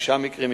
שישה מקרים,